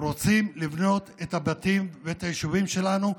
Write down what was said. רוצים לבנות את הבתים ואת היישובים שלנו,